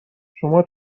شما